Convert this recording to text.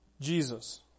Jesus